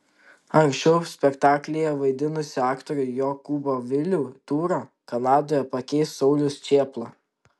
anksčiau spektaklyje vaidinusį aktorių jokūbą vilių tūrą kanadoje pakeis saulius čėpla